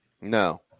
No